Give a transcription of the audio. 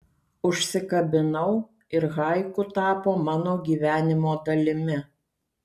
užsikabinau ir haiku tapo mano gyvenimo dalimi